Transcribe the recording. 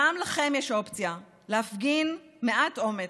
גם לכם יש אופציה להפגין מעט אומץ,